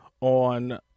on